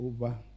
over